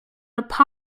also